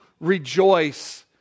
rejoice